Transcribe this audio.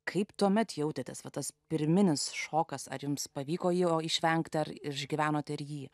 kaip tuomet jautėtės va tas pirminis šokas ar jums pavyko jo išvengti ar išgyvenote ir jį